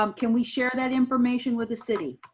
um can we share that information with the city?